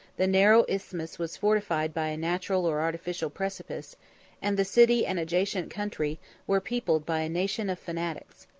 the narrow isthmus was fortified by a natural or artificial precipice and the city and adjacent country were peopled by a nation of fanatics.